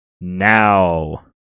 now